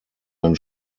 ein